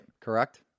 Correct